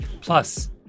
Plus